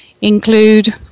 include